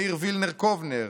מאיר וילנר-קובנר,